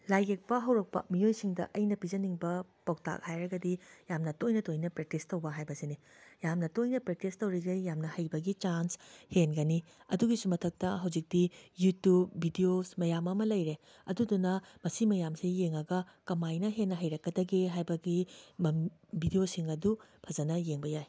ꯂꯥꯏ ꯌꯦꯛꯄ ꯍꯧꯔꯛꯄ ꯃꯤꯑꯣꯏꯁꯤꯡꯗ ꯑꯩꯅ ꯄꯤꯖꯅꯤꯡꯕ ꯄꯥꯎꯇꯥꯛ ꯍꯥꯏꯔꯒꯗꯤ ꯌꯥꯝꯅ ꯇꯣꯏꯅ ꯇꯣꯏꯅ ꯄ꯭ꯔꯦꯛꯇꯤꯁ ꯇꯧꯕ ꯍꯥꯏꯕꯁꯤꯅꯤ ꯌꯥꯝꯅ ꯇꯣꯏꯅ ꯄ꯭ꯔꯦꯛꯇꯤꯁ ꯇꯧꯔꯤꯉꯩ ꯌꯥꯝꯅ ꯍꯩꯕꯒꯤ ꯆꯥꯟꯁ ꯍꯦꯟꯒꯅꯤ ꯑꯗꯨꯒꯤꯁꯨ ꯃꯊꯛꯇ ꯍꯧꯖꯤꯛꯇꯤ ꯌꯨꯇꯨꯞ ꯕꯤꯗꯤꯑꯣꯁ ꯃꯌꯥꯝ ꯑꯃ ꯂꯩꯔꯦ ꯑꯗꯨꯗꯨꯅ ꯃꯁꯤ ꯃꯌꯥꯝꯁꯤ ꯌꯦꯡꯂꯒ ꯀꯃꯥꯏꯅ ꯍꯦꯟꯅ ꯍꯩꯔꯛꯀꯗꯒꯦ ꯍꯥꯏꯕꯒꯤ ꯃꯝ ꯕꯤꯗꯤꯑꯣꯁꯤꯡ ꯑꯗꯨ ꯐꯖꯅ ꯌꯦꯡꯕ ꯌꯥꯏ